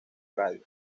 radio